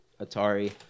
Atari